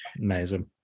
Amazing